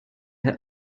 her